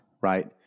right